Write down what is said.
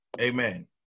Amen